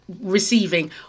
receiving